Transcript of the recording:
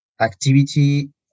activity